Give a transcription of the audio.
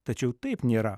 tačiau taip nėra